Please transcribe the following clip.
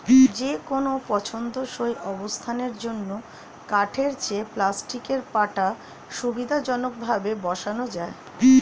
যেকোনো পছন্দসই অবস্থানের জন্য কাঠের চেয়ে প্লাস্টিকের পাটা সুবিধাজনকভাবে বসানো যায়